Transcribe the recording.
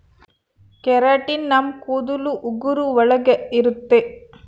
keratin ನಮ್ ಕೂದಲು ಉಗುರು ಒಳಗ ಇರುತ್ತೆ